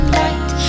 light